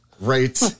Right